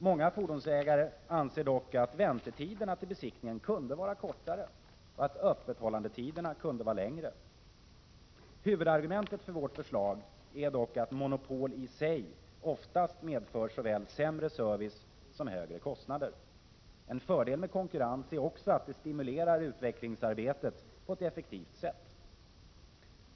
Många fordonsägare menar dock att väntetiderna till besiktningen kunde vara kortare och öppethållandetiderna längre. Huvudargumentet för vårt förslag är dock att monopol i sig oftast medför såväl sämre service som högre kostnader. En fördel med konkurrens är också att det stimulerar utvecklingsarbetet på ett effektivt sätt.